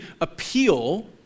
appeal